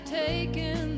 taken